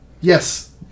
Yes